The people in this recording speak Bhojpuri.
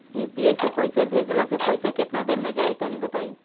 यू.पी.आई से पईसा भेजलाऽ से पईसा केतना देर मे जाई तनि बताई?